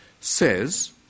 says